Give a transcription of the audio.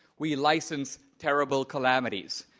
we license terrible calamities.